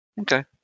Okay